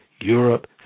Europe